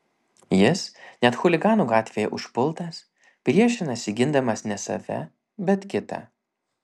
jis net chuliganų gatvėje užpultas priešinasi gindamas ne save bet kitą